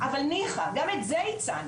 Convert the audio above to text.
אבל ניחא גם את זה הצענו,